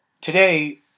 Today